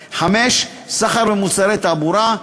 5. סחר במוצרי תעבורה,